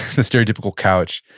the stereotypical couch,